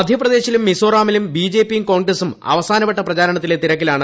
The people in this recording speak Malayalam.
മധ്യപ്രദേശിലും മിസോറാമിലും ബിജെപിയും കോൺഗ്രസും അവസാനവട്ട പ്രചാരണത്തിലെ തിരക്കിലാണ്